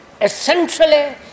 essentially